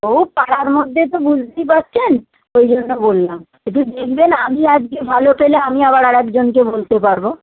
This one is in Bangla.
ও পাড়ার মধ্যেই তো বুঝতেই পারছেন ওই জন্য বললাম একটু দেখবেন আমি আজকে ভালো পেলে আমি আবার আর একজনকে বলতে পারবো